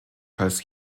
falls